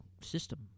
system